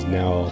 now